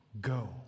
Go